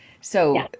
So-